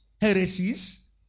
heresies